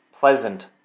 pleasant